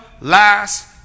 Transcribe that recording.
last